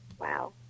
Wow